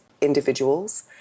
individuals